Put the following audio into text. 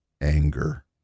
anger